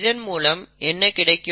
இதன் மூலம் என்ன கிடைக்கும்